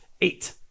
eight